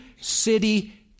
city